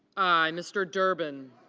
mr. durbin